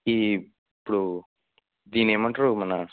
ఈ ఇప్పుడూ దీన్ని ఏమి అంటారు మనా